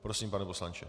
Prosím, pane poslanče.